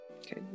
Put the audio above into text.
Okay